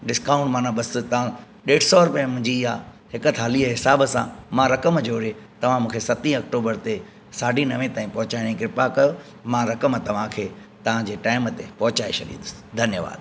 discount माना बसि तव्हां ॾेढु सौ रुपए मुंहिंजी इहा हिक थालीअ जे हिसाब सां मां रकमु जोड़े तव्हां मूंखे सतीं ऑक्टोबरु ते साढी नवें ताईं पहुचाइण जी कृपा कयो मां रकमु तव्हांखें तव्हांजे टाइम ते पहुचाइ छॾींदुसि धन्यवाद